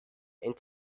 and